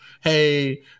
hey